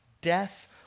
death